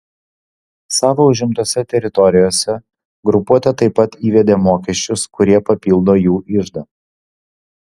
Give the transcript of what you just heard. savo užimtose teritorijose grupuotė taip pat įvedė mokesčius kurie papildo jų iždą